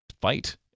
fight